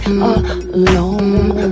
alone